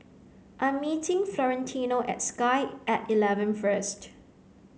I am meeting Florentino at Sky at eleven first